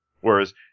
Whereas